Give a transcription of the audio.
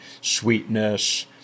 sweetness